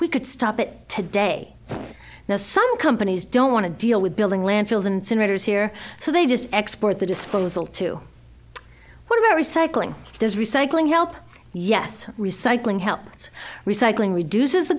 we could stop it today now some companies don't want to deal with building landfills and senators here so they just export the disposal to what about recycling there's recycling help yes recycling help it's recycling reduces the